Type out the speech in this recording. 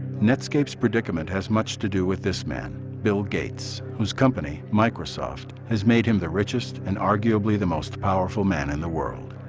netscape predicament has much to do with this man bill gates, gates, whose company, microsoft has made him the richest, and arguably the most powerful man in the world.